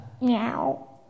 meow